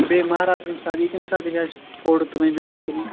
بیٚیہِ مہراز ییٚمہِ ساتہٕ یی تمہِ ساتہٕ تہِ چھِ اَسہِ فوٹوٗ تُلٕنۍ ویٖڈیو تُلٕنۍ